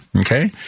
Okay